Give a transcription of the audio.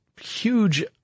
huge